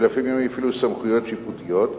ולפעמים אפילו סמכויות שיפוטיות,